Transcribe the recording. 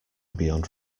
beyond